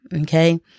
Okay